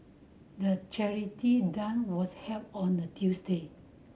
the charity was held on a Tuesday